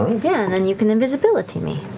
yeah and then you can invisibility me.